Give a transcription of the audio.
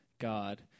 God